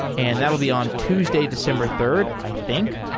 and that will be on tuesday, december third, i think.